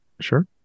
Sure